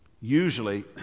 usually